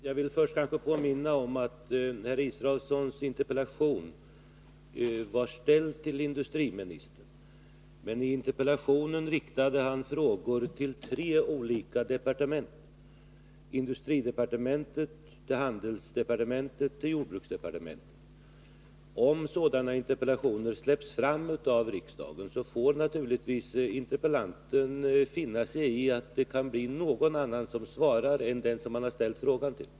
Fru talman! Jag vill först påminna om att Per Israelssons interpellation ställdes till industriministern, men att han i interpellationen riktade frågor till tre olika departement: industridepartementet, handelsdepartementet och jordbruksdepartementet. Om sådana interpellationer släpps fram av riksdagen, får naturligtvis interpellanten finna sig i att det kan bli någon annan som svarar än den som han har vänt sig till.